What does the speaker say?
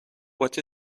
what